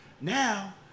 now